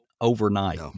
overnight